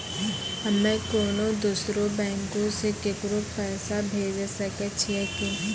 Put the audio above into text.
हम्मे कोनो दोसरो बैंको से केकरो पैसा भेजै सकै छियै कि?